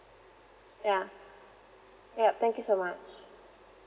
ya yup thank you so much